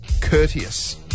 courteous